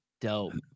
Dope